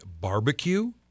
barbecue